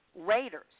Raiders